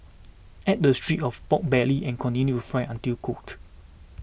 add the strips of pork belly and continue fry until cooked